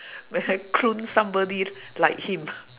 when I clone somebody like him